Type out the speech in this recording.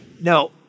No